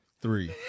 three